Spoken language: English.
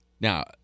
Now